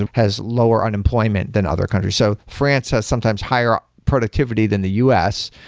and has lower unemployment than other country. so france has sometimes higher productivity than the u s.